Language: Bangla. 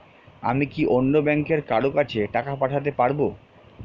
আমি কি অন্য ব্যাংকের কারো কাছে টাকা পাঠাতে পারেব?